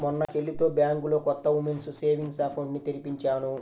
మొన్న మా చెల్లితో బ్యాంకులో కొత్త ఉమెన్స్ సేవింగ్స్ అకౌంట్ ని తెరిపించాను